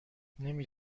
نمی